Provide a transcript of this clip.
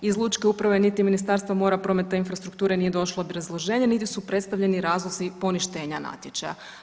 Iz lučke uprave niti Ministarstvo mora, prometa, infrastrukture nije došlo obrazloženje, niti su predstavljeni razlozi poništenja natječaja.